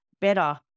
better